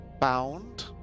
bound